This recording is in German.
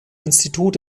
institut